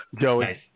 Joey